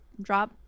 drop